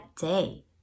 day